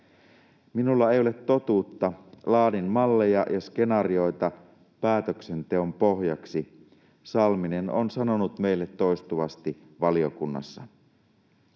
”Minulla ei ole totuutta, laadin malleja ja skenaarioita päätöksenteon pohjaksi”, Salminen on sanonut meille toistuvasti valiokunnassa.